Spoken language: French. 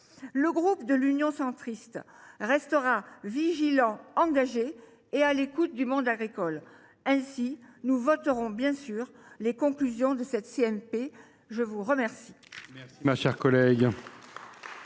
Le groupe Union Centriste restera vigilant, engagé et à l’écoute du monde agricole. Aussi, nous voterons bien sûr les conclusions de la commission mixte